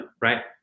right